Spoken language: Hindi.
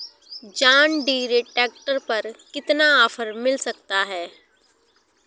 जॉन डीरे ट्रैक्टर पर कितना ऑफर मिल सकता है?